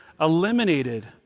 eliminated